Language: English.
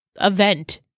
event